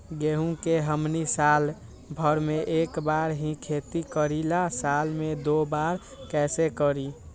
गेंहू के हमनी साल भर मे एक बार ही खेती करीला साल में दो बार कैसे करी?